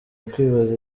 kwibaza